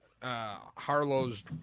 Harlow's